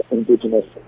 Indigenous